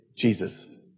Jesus